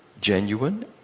genuine